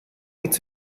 und